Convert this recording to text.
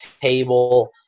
table